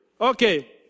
Okay